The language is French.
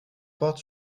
porte